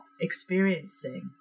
experiencing